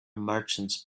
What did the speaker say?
merchants